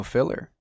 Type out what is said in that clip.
Filler